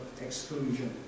exclusion